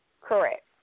Correct